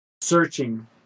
searching